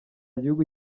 gihugu